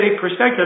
perspective